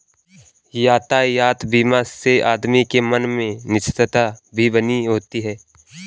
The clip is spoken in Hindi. यातायात बीमा से आदमी के मन में निश्चिंतता भी बनी होती है